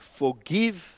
forgive